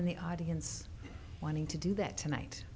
in the audience wanting to do that tonight